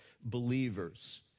believers